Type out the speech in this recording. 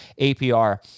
APR